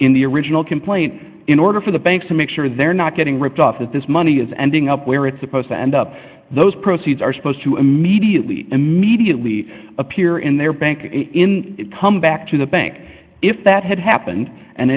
in the original complaint in order for the banks to make sure they're not getting ripped off of this money is ending up where it's supposed to end up those proceeds are supposed to immediately immediately appear in their bank come back to the bank if that had happened and